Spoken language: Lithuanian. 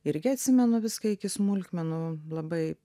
irgi atsimenu viską iki smulkmenų labai